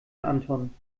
anton